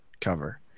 cover